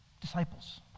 disciples